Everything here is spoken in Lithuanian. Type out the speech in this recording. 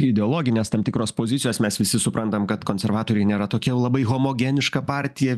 ideologinės tam tikros pozicijos mes visi suprantam kad konservatoriai nėra tokie labai homogeniška partija